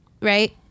right